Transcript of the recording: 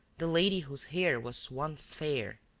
the lady whose hair was once fair.